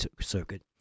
Circuit